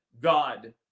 God